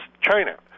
China